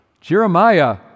Jeremiah